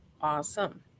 Awesome